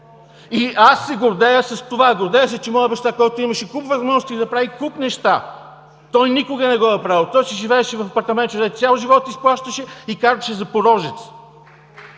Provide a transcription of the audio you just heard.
двама. Гордея се с това. Гордея се, че моят баща, който имаше куп възможности да прави куп неща, никога не го е правил. Той си живееше в апартаментче, което цял живот изплащаше, и караше „Запорожец“.